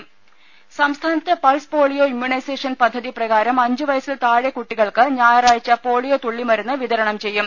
ദ്ദേ സംസ്ഥാനത്ത് pulse polio immunisation പദ്ധതി പ്രകാരം അഞ്ചു വയസിൽ താഴെ കുട്ടികൾക്ക് ഞായറാഴ്ച പോളിയോ തുള്ളി മരുന്ന് വിതരണം ചെയ്യും